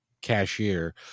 cashier